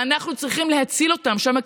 ואנחנו צריכים להציל אותם שם,